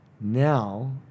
Now